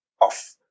off